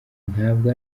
ntabwo